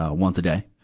ah once a day.